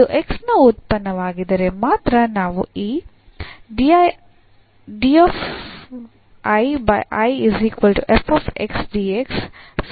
ಇದು x ನ ಉತ್ಪನ್ನವಾಗಿದ್ದರೆ ಮಾತ್ರ ನಾವು ಈ ಸಮೀಕರಣವನ್ನು ಪರಿಹರಿಸಬಹುದು